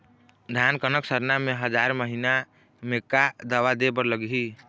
धान कनक सरना मे हजार महीना मे का दवा दे बर लगही?